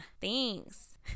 thanks